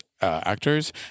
actors